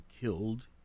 killed